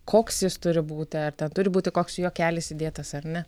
koks jis turi būti ar turi būti koks juokelis įdėtas ar ne